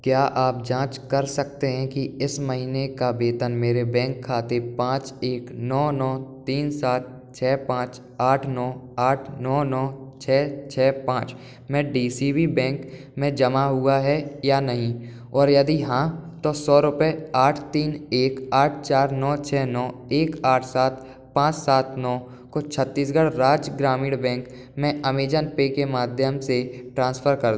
क्या आप जाँच कर सकते हैं कि इस महीने का वेतन मेरे बैंक खाते पाँच एक नौ नौ तीन सात छः पाँच आठ नौ आठ नौ नौ छः छः पाँच में डी सी बी बैंक में जमा हुआ है या नहीं और यदि हाँ तो सौ रुपये आठ तीन एक आठ चार नौ छः नौ एक आठ सात पाँच सात नौ को छत्तीसगढ़ राज्य ग्रामीण बैंक में अमेजन पे के माध्यम से ट्रांसफ़र कर